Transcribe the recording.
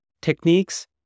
techniques